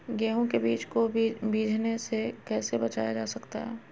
गेंहू के बीज को बिझने से कैसे बचाया जा सकता है?